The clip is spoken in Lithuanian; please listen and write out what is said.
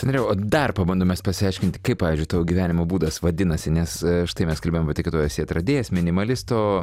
tai norėjau dar pabandome pasiaiškinti kaip pavyzdžiui tavo gyvenimo būdas vadinasi nes štai mes kalbėjom kad tu esi atradėjas minimalisto